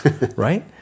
Right